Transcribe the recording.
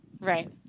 Right